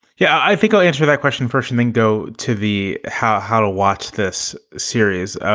yeah, i think i'll answer that question first and then go to the how how to watch this series.